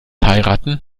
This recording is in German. heiraten